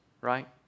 right